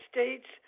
States